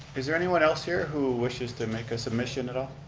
is there anyone else here who wishes to make a submission at all?